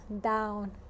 down